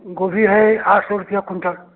गोभी है आठ सौ रुपया कुंटल